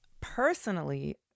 Personally